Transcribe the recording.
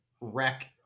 wreck